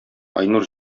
айнур